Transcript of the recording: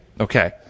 Okay